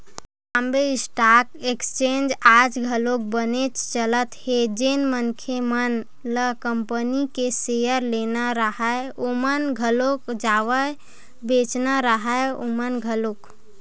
Bombay stock exchange आज घलोक बनेच चलत हे जेन मनखे मन ल कंपनी के सेयर लेना राहय ओमन घलोक जावय बेंचना राहय ओमन घलोक